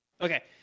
Okay